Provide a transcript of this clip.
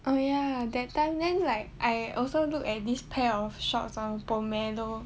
oh ya that time then like I also look at this pair of shorts on Pomelo